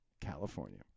California